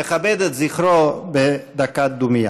נכבד את זכרו בדקת דומיה.